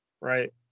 right